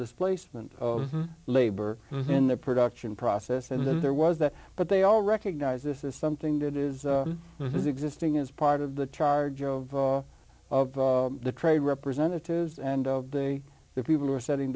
displacement of labor in the production process and then there was that but they all recognize this is something that is this is existing as part of the charge of of the trade representatives and of they the people who are s